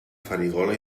farigola